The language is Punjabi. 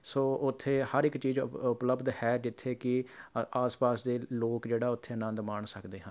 ਸੋ ਉੱਥੇ ਹਰ ਇੱਕ ਚੀਜ਼ ਉਪ ਉਪਲਬਧ ਹੈ ਜਿੱਥੇ ਕਿ ਅ ਆਸ ਪਾਸ ਦੇ ਲੋਕ ਜਿਹੜਾ ਉੱਥੇੇ ਆਨੰਦ ਮਾਣ ਸਕਦੇ ਹਨ